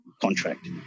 contract